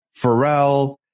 Pharrell